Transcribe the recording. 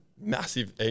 massive